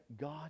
God